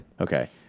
Okay